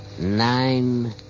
nine